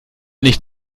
nicht